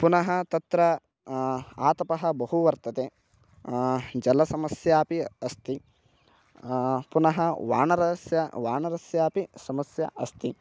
पुनः तत्र आतपः बहु वर्तते जलसमस्यापि अस्ति पुनः वानरस्य वानरस्यापि समस्या अस्ति